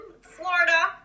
Florida